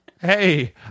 Hey